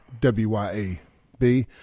WYAB